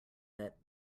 that